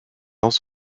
was